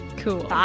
Cool